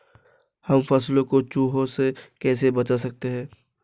हम फसलों को चूहों से कैसे बचा सकते हैं?